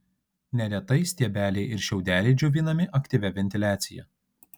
neretai stiebeliai ir šiaudeliai džiovinami aktyvia ventiliacija